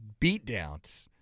beatdowns